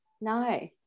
No